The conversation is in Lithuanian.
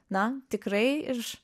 na tikrai iš